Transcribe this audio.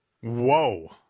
Whoa